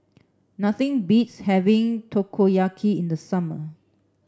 nothing beats having Takoyaki in the summer